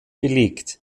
belegt